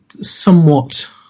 somewhat